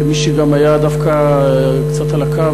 כמי שגם היה דווקא קצת על הקו,